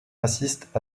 assistent